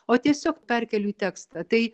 o tiesiog perkeliu į tekstą tai